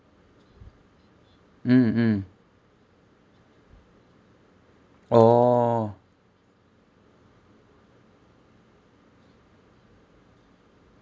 mm mm orh